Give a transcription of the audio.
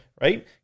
right